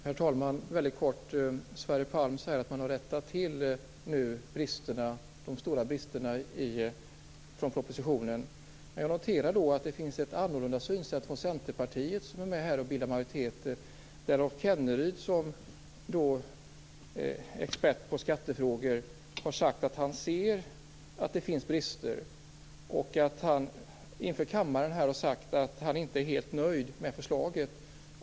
Herr talman! Jag skall fatta mig mycket kort. Sverre Palm säger att man nu har rättat till de stora bristerna i propositionen. Men jag noterar att det finns ett annorlunda synsätt i Centerpartiet som är med och bildar majoritet. Rolf Kenneryd har som expert på skattefrågor sagt att han ser att det finns brister. Han har inför kammaren sagt att han inte är helt nöjd med förslaget.